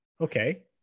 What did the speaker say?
Okay